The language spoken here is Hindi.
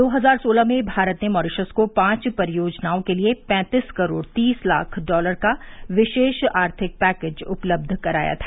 दो हजार सोलह में भारत ने मॉरिशस को पांच परियोजनाओं के लिए पैंतीस करोड़ तीस लाख डॉलर का विशेष आर्थिक पैकेज उपलब्ध कराया था